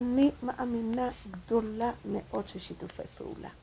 אני מאמינה גדולה מאוד של שיתופי פעולה.